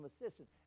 assistance